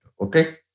okay